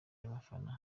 y’abafana